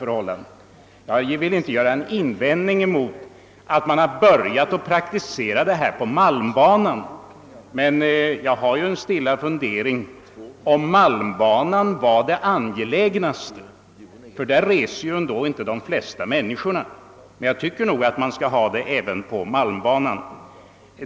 Jag vill inte göra några invändningar mot att man har börjat praktisera radiokommunikationerna på Malmbanan, men jag vill bara framföra en stilla undran om Malmbanan verkligen var det mest angelägna objektet för ett sådant försök. Där reser ändå inte de flesta människorna. Men självfallet tycker jag att man skall ha en sådan radiokommunikation även på Malmbanan.